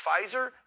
Pfizer